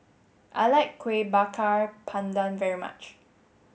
I like Kueh Bakar Pandan very much